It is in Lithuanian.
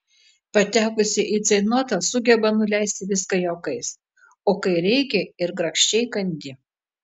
patekusi į ceitnotą sugeba nuleisti viską juokais o kai reikia yra grakščiai kandi